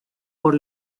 por